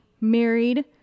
married